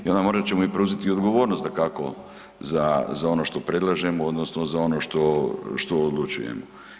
I onda morat ćemo preuzeti odgovornost dakako za ono što predlažem odnosno za ono što odlučujemo.